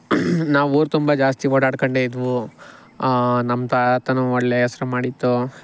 ನಾವು ಊರ ತುಂಬ ಜಾಸ್ತಿ ಓಡಾಡ್ಕೊಂಡೆ ಇದ್ದವು ನಮ್ಮ ತಾತನೂ ಒಳ್ಳೆ ಹೆಸರು ಮಾಡಿತ್ತು